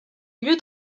lieu